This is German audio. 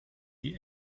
die